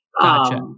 Gotcha